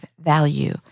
value